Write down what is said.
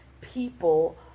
people